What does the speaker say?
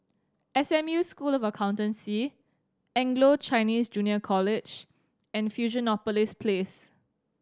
S M U School of Accountancy Anglo Chinese Junior College and Fusionopolis Place